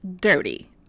dirty